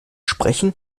sprechen